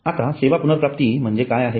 आता सेवा पुनर्प्राप्ती म्हणजे काय आहे